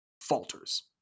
falters